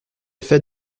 fait